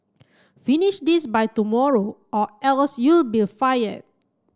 finish this by tomorrow or else you'll be fire